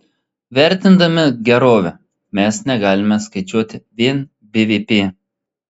vertindami gerovę mes negalime skaičiuoti vien bvp